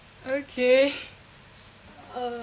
okay uh